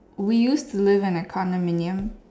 we used to live in a condominium